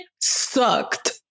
sucked